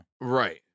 right